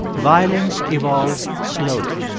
violence evolves slowly.